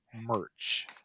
merch